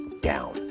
down